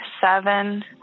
seven